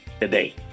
today